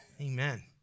Amen